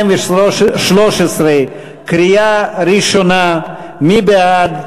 התשע"ג 2013, קריאה ראשונה, מי בעד?